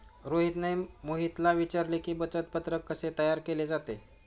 रोहितने मोहितला विचारले की, बचत पत्रक कसे तयार केले जाते?